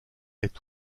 est